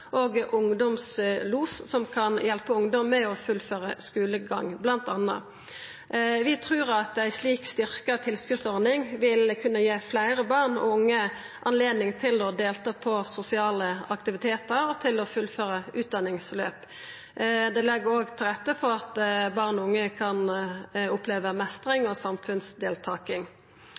og ungdomslos, som kan hjelpa ungdom med å fullføra skulegangen. Vi trur at ei slik styrkt tilskotsordning vil kunna gi fleire barn og unge anledning til å delta på sosiale aktivitetar og til å fullføra utdanningsløp. Det legg òg til rette for at barn og unge kan oppleva mestring og samfunnsdeltaking.